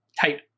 tight